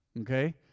okay